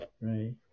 Right